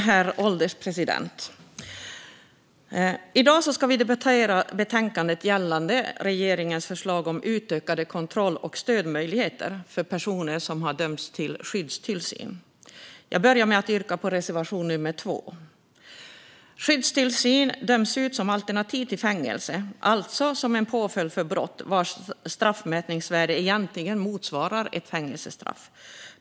Herr ålderspresident! I dag debatterar vi betänkandet gällande regeringens förslag om utökade kontroll och stödmöjligheter för personer som dömts till skyddstillsyn. Jag börjar med att yrka bifall till reservation nummer 2. Skyddstillsyn döms ut som alternativ till fängelse, alltså som en påföljd för brott vars straffmätningsvärde egentligen motsvarar ett fängelsestraff.